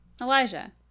Elijah